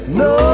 no